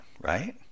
right